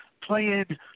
playing